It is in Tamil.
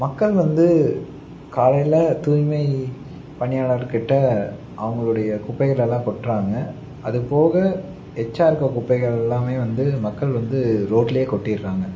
மக்கள் வந்து காலையில தூய்மை பணியாளர்கிட்ட அவங்களுடைய குப்பைகளெல்லாம் கொட்டுறாங்க அதுபோக எச்சா இருக்குது குப்பைகள் எல்லாமே வந்து மக்கள் வந்து ரோட்டிலயே கொட்டிடுறாங்க